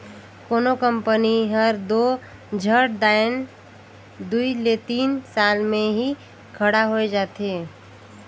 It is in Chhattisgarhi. कोनो कंपनी हर दो झट दाएन दुई ले तीन साल में ही खड़ा होए जाथे